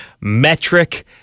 Metric